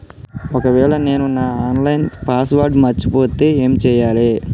ఒకవేళ నేను నా ఆన్ లైన్ పాస్వర్డ్ మర్చిపోతే ఏం చేయాలే?